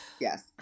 yes